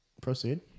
proceed